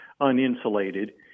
uninsulated